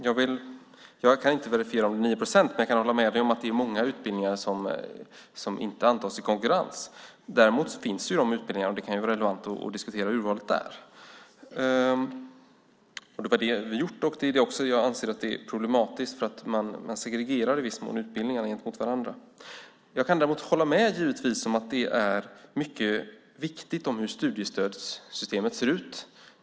Fru talman! Jag kan inte verifiera de nio procenten men jag kan hålla med Ulf Nilsson om att man till många utbildningar inte antas i konkurrens. Däremot finns de utbildningarna, och det kan vara relevant att diskutera urvalet där. Det har vi gjort, och jag anser att det är problematiskt eftersom man i viss mån segregerar utbildningarna från varandra. Jag håller givetvis med om att det är mycket viktigt hur studiestödssystemet ser ut.